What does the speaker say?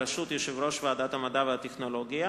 בראשות יושב-ראש ועדת המדע והטכנולוגיה.